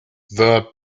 the